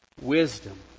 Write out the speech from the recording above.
Wisdom